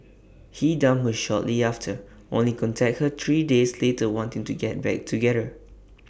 he dumped her shortly after only contact her three days later wanting to get back together